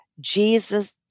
Jesus